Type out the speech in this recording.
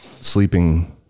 sleeping